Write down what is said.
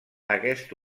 aquest